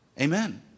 Amen